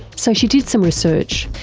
so she did some research.